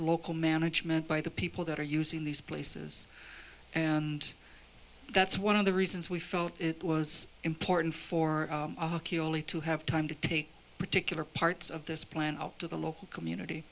local management by the people that are using these places and that's one of the reasons we felt it was important for me to have time to take particular parts of this plan out to the local community